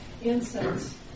incense